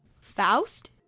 faust